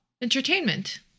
entertainment